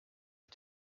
wie